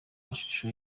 mashusho